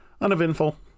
Uneventful